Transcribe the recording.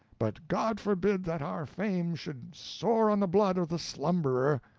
but god forbid that our fame should soar on the blood of the slumberer.